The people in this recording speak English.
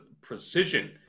precision